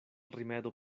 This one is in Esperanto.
rimedo